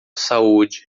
saúde